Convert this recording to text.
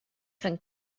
can